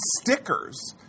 stickers